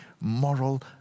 moral